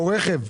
אז רכב.